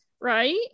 right